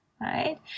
right